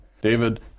David